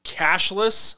cashless